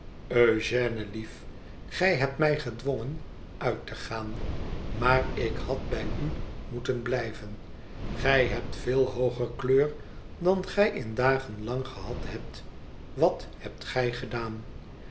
eugène lief gij hebt mij gedwongen pit te gaan maar ik had bij u moeten blijven gij hebt veel hooger kleur dan gij in dagen lang gehad hebt wat hebt gij gedaan